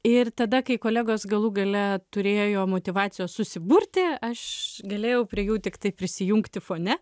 ir tada kai kolegos galų gale turėjo motyvacijos susiburti aš galėjau prie jų tiktai prisijungti fone